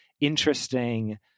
interesting